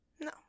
no